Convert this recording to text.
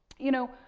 you know,